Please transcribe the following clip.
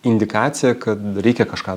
indikacija kad reikia kažką